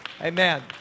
Amen